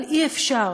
אבל אי-אפשר